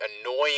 annoying